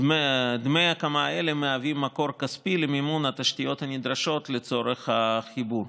דמי הקמה אלה מהווים מקור כספי למימון התשתיות הנדרשות לצורך החיבור.